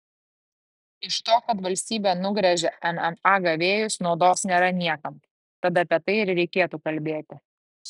iš to kad valstybė nugręžia mma gavėjus naudos nėra niekam tad apie tai ir reikėtų kalbėti